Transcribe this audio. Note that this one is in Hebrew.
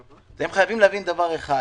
אתם חייבים להבין דבר אחד